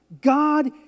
God